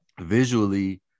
visually